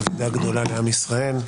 אבדה גדולה לעם ישראל.